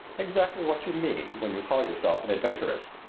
exactly what you mean when you call yourself an adventuress.